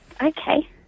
Okay